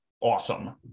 awesome